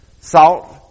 Salt